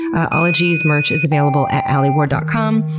ologies merch is available at alieward dot com.